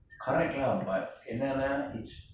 correct lah but என்னன்னா:ennaanaa it's